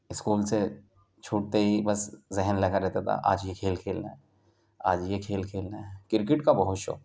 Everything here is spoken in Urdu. اسکول سے چھوٹتے ہی بس ذہن لگا رہتا تھا آج یہ کھیل کھیلنا ہے آج یہ کھیل کھیلنا ہے کرکٹ کا بہت شوق تھا